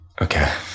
Okay